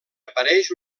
apareix